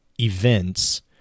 events